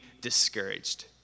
discouraged